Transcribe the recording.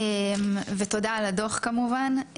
ותודה על הדוח כמובן.